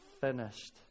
finished